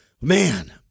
man